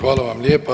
Hvala vam lijepa.